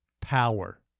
power